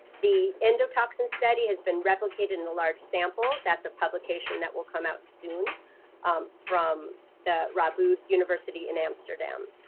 the endotoxin study has been replicated in a large sample that's a publication that will come out soon from the rabid university in amsterdam.